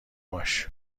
باش